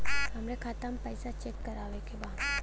हमरे खाता मे पैसा चेक करवावे के बा?